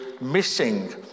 missing